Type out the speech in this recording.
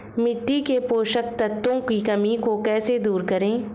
मिट्टी के पोषक तत्वों की कमी को कैसे दूर करें?